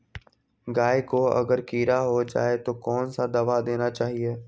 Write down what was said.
गाय को अगर कीड़ा हो जाय तो कौन सा दवा देना चाहिए?